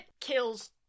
kills